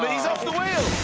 but he's off the wheel.